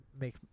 make